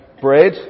Bread